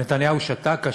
ונתניהו שתק.